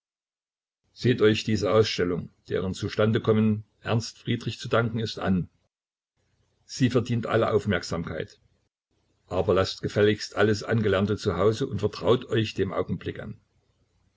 seht euch diese ausstellung deren zustandekommen ernst friedrich zu danken ist an sie verdient alle aufmerksamkeit aber laßt gefälligst alles angelernte zu hause und vertraut euch dem augenblick an